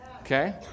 okay